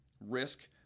risk